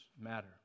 matter